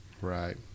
Right